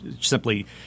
simply